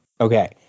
okay